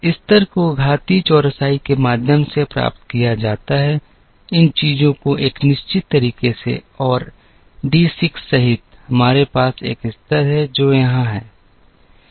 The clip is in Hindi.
स्तर को घातीय चौरसाई के माध्यम से प्राप्त किया जाता है इन चीजों को एक निश्चित तरीके से और डी 6 सहित हमारे पास एक स्तर है जो यहां है